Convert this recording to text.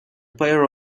pair